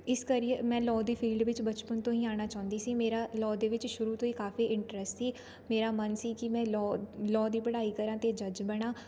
ਇਸ ਕਰੀ ਮੈਂ ਲੋਅ ਦੀ ਫੀਲਡ ਵਿੱਚ ਬਚਪਨ ਤੋਂ ਹੀ ਆਉਣਾ ਚਾਹੁੰਦੀ ਸੀ ਮੇਰਾ ਲੋਅ ਦੇ ਵਿੱਚ ਸ਼ੁਰੂ ਤੋਂ ਹੀ ਕਾਫ਼ੀ ਇੰਟਰਸਟ ਸੀ ਮੇਰਾ ਮਨ ਸੀ ਕਿ ਮੈਂ ਲੋਅ ਲੋਅ ਦੀ ਪੜ੍ਹਾਈ ਕਰਾਂ ਅਤੇ ਜੱਜ ਬਣਾ